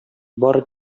бары